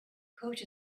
coach